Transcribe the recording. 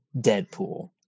Deadpool